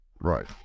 Right